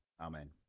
Amen